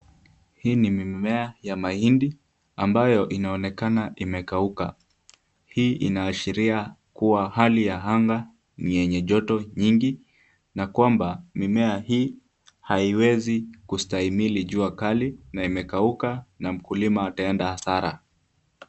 Hii ni mimea ya mahindi ambayo inaonekana imekauka, hii inaashiria kuwa hali ya anga ni yenye joto nyingi na kwamba mimea hii haiwezi kustahimili jua kali na imekauka, na mkulima ataenda hasara.